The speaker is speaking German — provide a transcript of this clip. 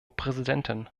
präsidentin